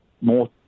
more